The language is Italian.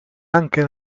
anche